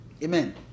Amen